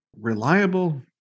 reliable